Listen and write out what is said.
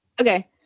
Okay